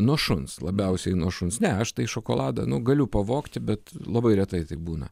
nuo šuns labiausiai nuo šuns ne aš tai šokoladą nu galiu pavogti bet labai retai taip būna